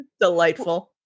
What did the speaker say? Delightful